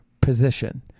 position